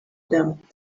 them